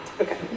okay